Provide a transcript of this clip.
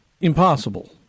impossible